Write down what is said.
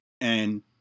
And-